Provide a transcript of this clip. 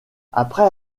après